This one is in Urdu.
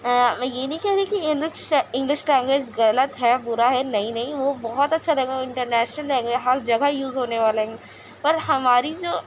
میں یہ نہیں کہہ رہی کہ انگلش لینگویج غلط ہے برا ہے نہیں نہیں وہ بہت اچھا لینگویج انٹرنیشنل لینگویج ہے ہر جگہ یوز ہونے والا ہے پر ہماری جو